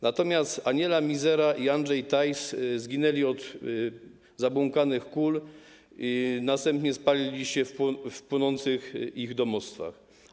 Natomiast Aniela Mizera i Andrzej Tajs zginęli od zabłąkanych kul i następnie spalili się w ich płonących domostwach.